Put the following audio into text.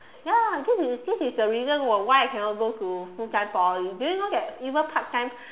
ya this is this is the reason why I cannot go to full time Poly do you know that even part time